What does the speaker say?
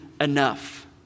enough